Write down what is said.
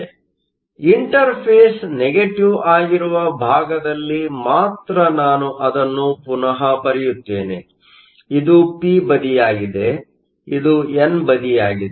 ಆದ್ದರಿಂದ interface negative ಆಗಿರುವ ಭಾಗದಲ್ಲಿ ಮಾತ್ರ ನಾನು ಅದನ್ನು ಪುನಃ ಬರೆಯುತ್ತೇನೆ ಇದು ಪಿ ಬದಿಯಾಗಿದೆ ಇದು ಎನ್ ಬದಿಯಾಗಿದೆ